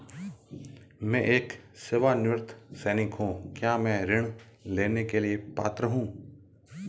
मैं एक सेवानिवृत्त सैनिक हूँ क्या मैं ऋण लेने के लिए पात्र हूँ?